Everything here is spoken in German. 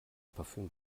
parfüm